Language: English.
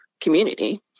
community